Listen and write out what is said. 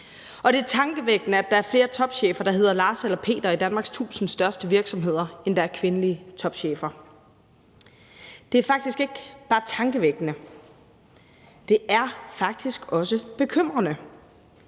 er også tankevækkende, at der er flere topchefer, der hedder Lars eller Peter i Danmarks 1.000 største virksomheder, end der er kvindelige topchefer. Det er ikke bare tankevækkende, det er faktisk også bekymrende.